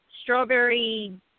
strawberry